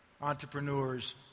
entrepreneurs